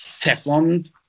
Teflon